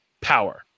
power